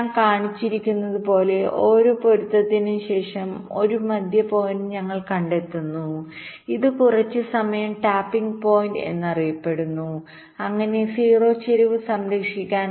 ഞാൻ കാണിച്ചിരിക്കുന്നതുപോലെ ഓരോ പൊരുത്തത്തിനും ശേഷം ഒരു മദ്ധ്യ പോയിന്റ് ഞങ്ങൾ കണ്ടെത്തുന്നു ഇത് കുറച്ച് സമയം ടാപ്പിംഗ് പോയിന്റ്എന്നറിയപ്പെടുന്നു അങ്ങനെ 0 ചരിവ് സംരക്ഷിക്കാൻ